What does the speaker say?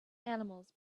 animals